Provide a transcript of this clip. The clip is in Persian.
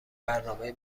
برنامهای